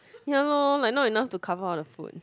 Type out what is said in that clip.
ya loh like not enough to cover all the food